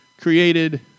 created